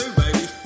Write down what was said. baby